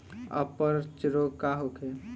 अपच रोग का होखे?